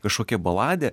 kažkokia baladė